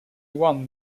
won